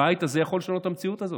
הבית הזה יכול לשנות את המציאות הזאת.